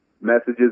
messages